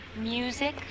music